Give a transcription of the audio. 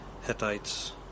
Hittites